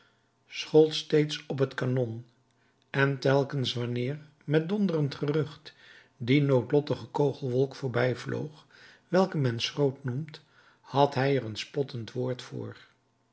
schold steeds op het kanon en telkens wanneer met donderend gerucht die noodlottige kogelwolk voorbijvloog welke men schroot noemt had hij er een spottend woord voor